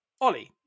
Ollie